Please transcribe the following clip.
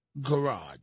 garage